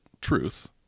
truth